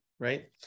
Right